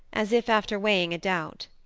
as if after weighing a doubt.